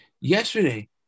Yesterday